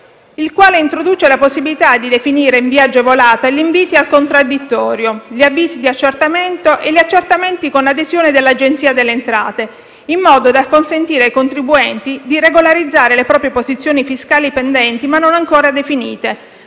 il quale introduce la possibilità di definire in via agevolata gli inviti al contraddittorio, gli avvisi di accertamento e gli accertamenti con adesione dell'Agenzia delle entrate, in modo da consentire ai contribuenti di regolarizzare le proprie posizioni fiscali pendenti, ma non ancora definite,